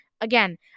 again